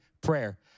prayer